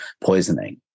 poisoning